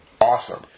awesome